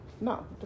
No